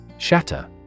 Shatter